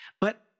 But-